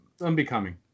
unbecoming